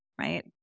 right